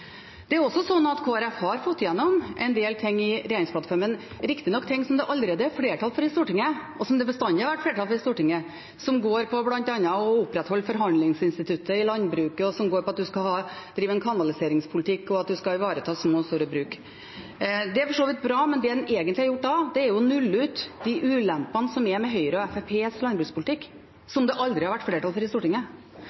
Det er også slik at Kristelig Folkeparti har fått gjennom en del ting i regjeringsplattformen – riktignok ting det allerede er flertall for i Stortinget, og som det bestandig har vært flertall for i Stortinget – som bl.a. handler om å opprettholde forhandlingsinstituttet i landbruket, at man skal drive en kanaliseringspolitikk, og at man skal ivareta små og store bruk. Det er for så vidt bra, men det en egentlig har gjort da, er å nulle ut ulempene ved Høyre og Fremskrittspartiets landbrukspolitikk,